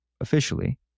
officially